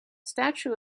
statue